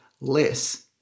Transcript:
less